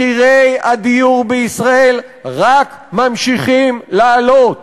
מחירי הדיור בישראל רק ממשיכים לעלות.